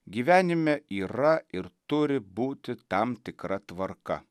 gyvenime yra ir turi būti tam tikra tvarka